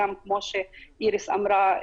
גם כמו שאיריס אמרה,